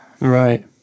right